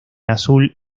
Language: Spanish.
azul